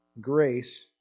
Grace